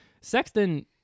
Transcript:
Sexton